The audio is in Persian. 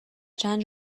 چند